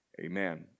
Amen